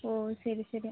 ஓ சரி சரி